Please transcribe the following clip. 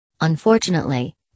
Unfortunately